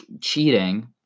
cheating